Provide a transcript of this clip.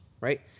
right